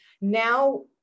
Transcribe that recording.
Now